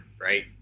right